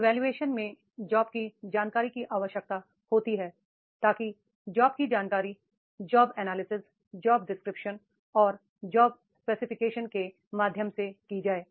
evolution में job की जानकारी की आवश्यकता होती है ताकि जॉब की जानकारी जॉब एनालिसिस जॉब डिस्क्रिप्शन और जॉब स्पेसिफिकेशन के माध्यम से आए